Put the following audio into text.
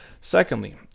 Secondly